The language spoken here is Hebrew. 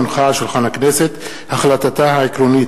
הונחה על שולחן הכנסת החלטתה העקרונית